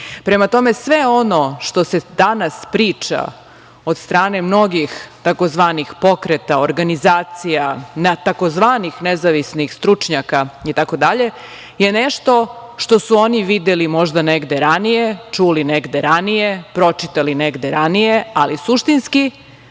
Prema tome, sve ono što se danas priča od strane mnogih tzv. pokreta, organizacija, tzv. nezavisnih stručnjaka itd. je nešto što su oni videli možda negde ranije, čuli negde ranije, pročitali negde ranije, ali suštinski